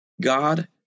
God